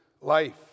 life